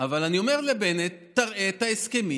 אבל אני אומר לבנט: תראה את ההסכמים,